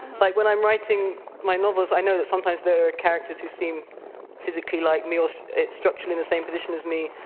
but when i'm writing my novels, i know that sometimes there are characters who seem physically like me or structurally in the same position as me,